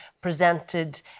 presented